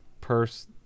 purse